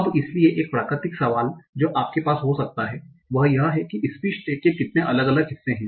अब इसलिए एक प्राकृतिक सवाल जो आपके पास हो सकता है वह यह है कि स्पीच टैग के कितने अलग अलग हिस्से हैं